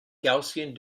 gaussian